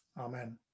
Amen